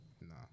no